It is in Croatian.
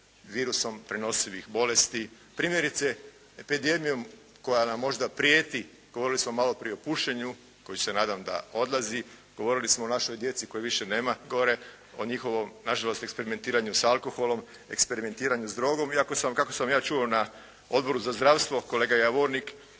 virusom prenosivih bolesti, primjerice epidemijom koja nam možda prijeti. Govorili smo malo prije o pušenju koje se nadam da odlazi, govorili smo o našoj djeci koje više nema gore, o njihovom nažalost eksperimentiranju s alkoholom, eksperimentiranju s drogom iako sam kako sam ja čuo na Odboru za zdravstvo kolega Javornik